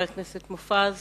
חבר הכנסת שאול מופז,